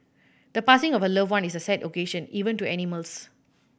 the passing of a loved one is a sad occasion even to animals